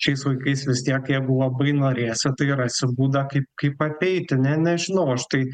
šiais laikais vis tiek jeigu labai norėsi tai rasi būdą kaip kaip apeiti ne nežinau aš tai